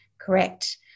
Correct